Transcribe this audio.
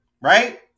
Right